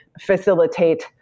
facilitate